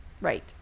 right